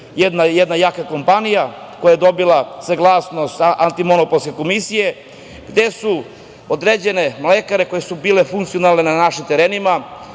jedna jaka kompanija koje je dobila saglasnost Antimonopolske komisije gde su određene mlekare koje su bile funkcionalne na našem terenu,